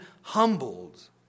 humbled